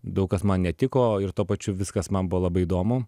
daug kas man netiko ir tuo pačiu viskas man buvo labai įdomu